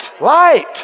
Light